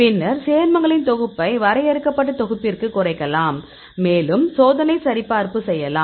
பின்னர் சேர்மங்களின் தொகுப்பை வரையறுக்கப்பட்ட தொகுப்பிற்குக் குறைக்கலாம் மேலும் சோதனை சரிபார்ப்புக்கு செல்லலாம்